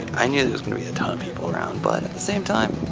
i knew there was gonna be a ton of people around but at the same time,